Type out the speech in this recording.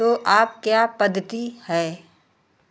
तो अब क्या पद्धति है